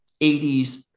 80s